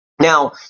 Now